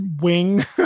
wing